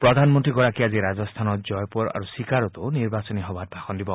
প্ৰধানমন্ত্ৰীগৰাকীয়ে আজি ৰাজস্থানৰ জয়পুৰ আৰু চিকাৰতো নিৰ্বাচনী সভাত ভাষণ দিব